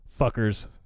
fuckers